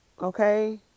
Okay